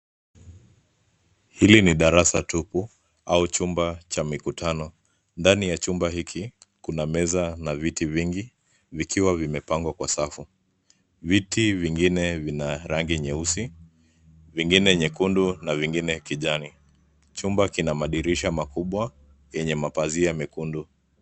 Hili ni darasa tupu au chumba cha mikutano. Ndani ya chumba hiki kuna meza na viti vingi vikiwa vimepangwa kwa safu. Viti vingine vina rangi nyeusi, vingine nyekundu na vingine kijani. Chumba kina madirisha makubwa yenye mapazia mekundu.